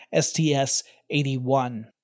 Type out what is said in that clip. STS-81